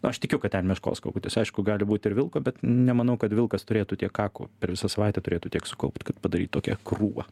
aš tikiu kad ten meškos kakutis aišku gali būti ir vilko bet nemanau kad vilkas turėtų tiek kakų per visą savaitę turėtų tiek sukaupt kad padaryt tokią krūvą